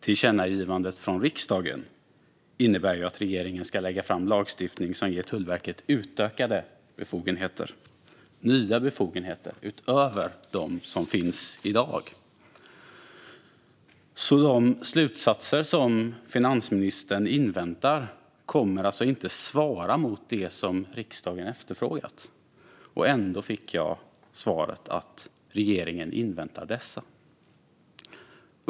Tillkännagivandet från riksdagen innebär ju att regeringen ska lägga fram lagstiftning som ger Tullverket utökade och nya befogenheter utöver dem som finns i dag. De slutsatser som finansministern inväntar kommer alltså inte att svara mot det som riksdagen efterfrågat. Ändå fick jag svaret att regeringen inväntar dessa.